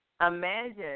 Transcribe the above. Imagine